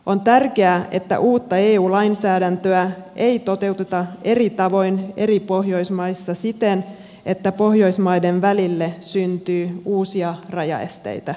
on tärkeää että uutta eu lainsäädäntöä ei toteuteta eri tavoin eri pohjoismaissa siten että pohjoismaiden välille syntyy uusia rajaesteitä